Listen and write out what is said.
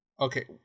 Okay